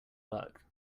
work